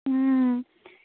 হুম